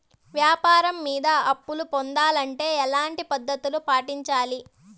వ్యాపారం మీద అప్పు పొందాలంటే ఎట్లాంటి పద్ధతులు పాటించాలి?